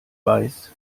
weiß